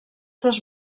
dels